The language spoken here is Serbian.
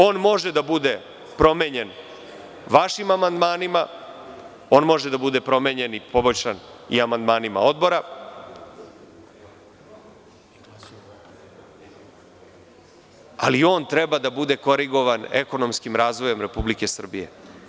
On može da bude promenjen vašim amandmanima, on može da bude promenjen i poboljšan i amandmanima odbora, ali on treba da bude korigovan ekonomskim razvojem Republike Srbije.